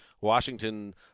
Washington